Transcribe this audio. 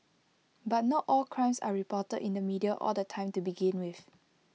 but not all crimes are reported in the media all the time to begin with